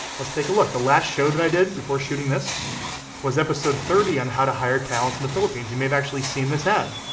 let's take a look. the last show that i did before shooting this was episode thirty on how to hire talent in the philippines. you may have actually seen this ad.